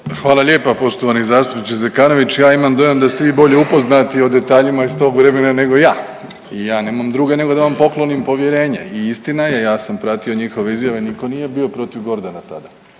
Hvala lijepa poštovani zastupniče Zekanović, ja imam dojam da ste vi bolje upoznati o detaljima iz tog vremena nego ja. I ja nema druge nego da vam poklonim povjerenje i istina je, ja sam pratio njihove izjave nitko nije bio protiv Gordana tada.